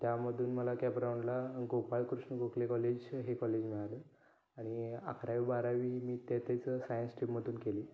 त्यामधून मला कॅप राउंडला गोपाळ कृष्ण गोखले कॉलेज हे कॉलेज मिळालं आणि अकरावी बारावी मी तेथेच सायन्स स्ट्रीममधून केली